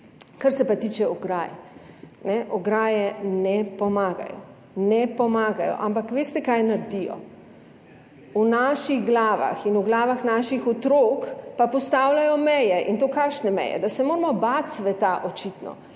Kar se pa tiče ograj, ne, ograje ne pomagajo. Ne pomagajo. Ampak veste, kaj naredijo? V naših glavah in v glavah naših otrok pa postavljajo meje - in to kakšne meje? Da se moramo bati sveta očitno.